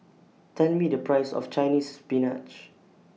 Tell Me The Price of Chinese Spinach